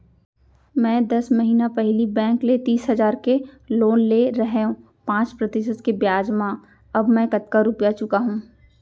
मैं दस महिना पहिली बैंक ले तीस हजार के लोन ले रहेंव पाँच प्रतिशत के ब्याज म अब मैं कतका रुपिया चुका हूँ?